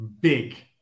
big